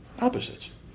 Opposites